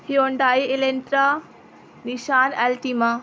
Hyundai Elantra Nissan Altima